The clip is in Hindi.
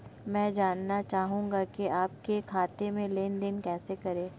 मैं जानना चाहूँगा कि आपसी खाते में लेनदेन कैसे करें?